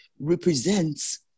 represents